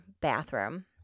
bathroom